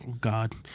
God